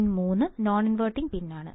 പിൻ 3 non inverting pin ആണ്